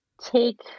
take